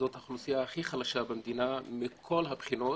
זו האוכלוסייה הכי חלשה במדינה מכל הבחינות,